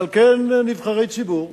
ועל כן, נבחרי ציבור,